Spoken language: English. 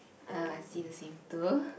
ah I see the same too